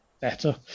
better